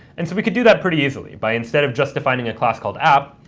and so we could do that pretty easily, by instead of just defining a class called app,